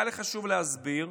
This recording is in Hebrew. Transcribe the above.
היה לי חשוב להסביר,